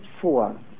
four